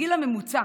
הגיל הממוצע